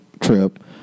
trip